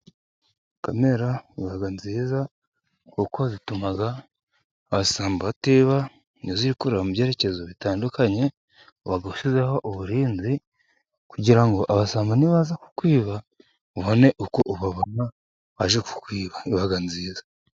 Kamera ziba nziza kuko zituma abasambo batiba, iyo ziri kureba mu byerekezo bitandukanye, uba ushyizeho uburinzi, kugira ngo abasambo nibaza kukwiba ubone uko ubabona baje kukwiba iba nziza.